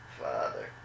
Father